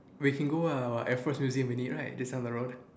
we can go ah what air force museum unit right just down the road